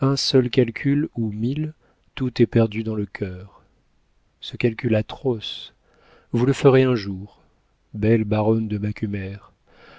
un seul calcul ou mille tout est perdu dans le cœur ce calcul atroce vous le ferez un jour belle baronne de macumer